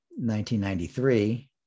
1993